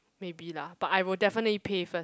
maybe lah but I would definitely pay first